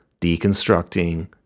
deconstructing